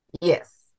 Yes